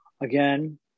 Again